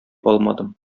алмадым